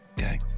okay